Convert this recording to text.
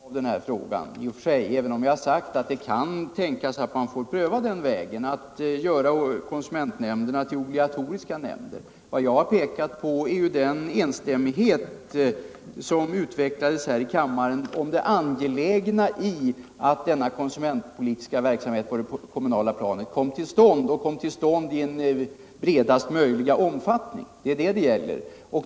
Herr talman! Jag har inte talat om någon omedelbar lagreglering av den här frågan i och för sig, även om jag har sagt att det kan tänkas att man får pröva vägen att göra konsumentnämnderna till obligatoriska nämnder. Vad jag har pekat på är den enstämmighet som utvecklades här i kammaren om det angelägna i att den konsumentpolitiska verksamheten på det kommunala planet kom till stånd och kom till stånd i bredaste möjliga omfattning. Det är detta det gäller.